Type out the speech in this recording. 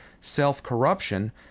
self-corruption